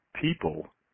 people